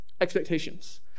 Expectations